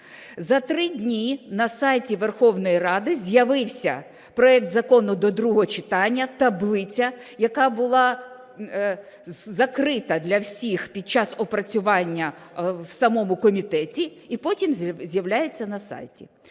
за 3 дні на сайті Верховної Ради з'явився проект закону до другого читання, таблиця, яка була закрита для всіх під час опрацювання в самому комітеті, і потім з'являється на сайті.